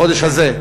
החודש הזה,